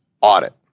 audit